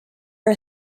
are